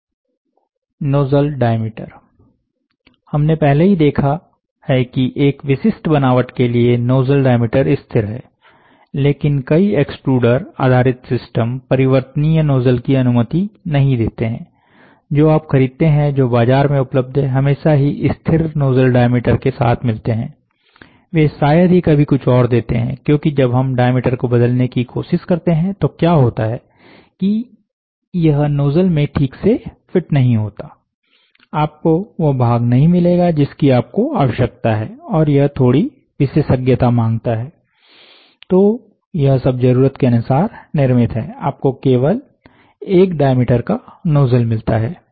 nozzle diameter हमने पहले ही देखा है कि एक विशेष बनावट के लिए नोजल डायामीटर स्थिर है लेकिन कई एक्स्ट्रूडर आधारित सिस्टम परिवर्तनीय नोजल की अनुमति नहीं देते हैं जो आप खरीदते हैं जो बाजार में उपलब्ध है हमेशा ही स्थिर नोजल डायामीटर के साथ मिलते है वे शायद ही कभी कुछ और देते हैं क्योंकि जब हम डायामीटर को बदलने की कोशिश करते हैं तो क्या होता है की यह नोजल में ठीक से फिट नहीं होता आपको वह भाग नहीं मिलेगा जिसकी आपको आवश्यकता है और यह थोड़ी विशेषज्ञता मांगता है तो यह सब जरूरत के अनुसार निर्मित है आपको केवल एक डायामीटर का नोजल मिलता है